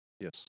Yes